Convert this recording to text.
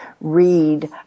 read